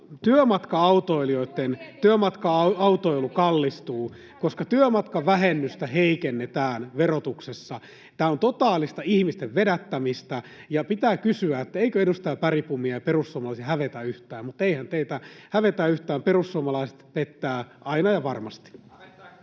Työmatka-autoilijoitten autoilu kallistuu, koska työmatkavähennystä heikennetään verotuksessa. Tämä on totaalista ihmisten vedättämistä. Pitää kysyä, eikö edustaja Bergbomia ja perussuomalaisia hävetä yhtään — mutta eihän teitä hävetä yhtään. Perussuomalaiset pettää aina ja varmasti. [Miko